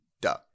Duh